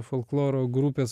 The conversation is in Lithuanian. folkloro grupės